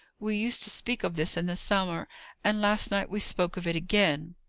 we used to speak of this in the summer and last night we spoke of it again.